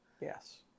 Yes